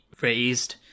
raised